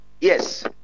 Yes